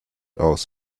aus